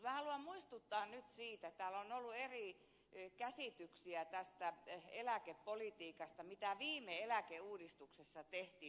haluan muistuttaa nyt siitä täällä on ollut eri käsityksiä eläkepolitiikasta mitä viime eläkeuudistuksessa tehtiin